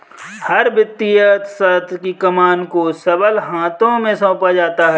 हर वित्तीय अर्थशास्त्र की कमान को सबल हाथों में सौंपा जाता है